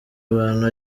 abantu